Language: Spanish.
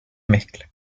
mezcla